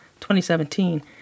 2017